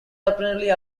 apparently